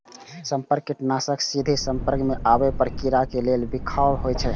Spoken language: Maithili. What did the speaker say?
संपर्क कीटनाशक सीधे संपर्क मे आबै पर कीड़ा के लेल बिखाह होइ छै